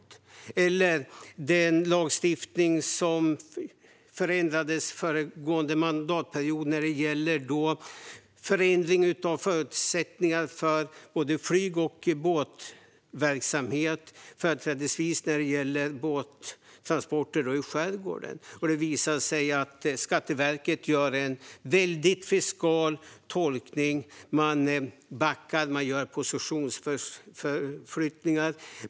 Ett annat exempel är den lagstiftning som förändrades föregående mandatperiod när det gäller förutsättningar för både flyg och båtverksamhet, företrädesvis båttransporter i skärgården. Det har visat sig att Skatteverket gör en väldigt fiskal tolkning. Man backar och gör positionsförflyttningar.